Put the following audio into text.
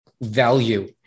value